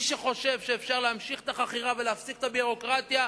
מי שחושב שאפשר להמשיך את החכירה ולהפסיק את הביורוקרטיה,